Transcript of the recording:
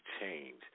change